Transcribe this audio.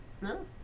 No